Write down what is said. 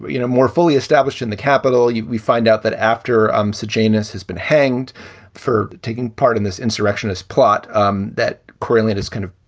you know, more fully established in the capital. we find out that after um subgenus has been hanged for taking part in this insurrectionist plot, um that karelian is kind of,